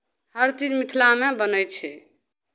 हर चीज मिथिलामे बनै छै